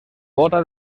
bóta